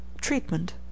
Treatment